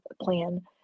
plan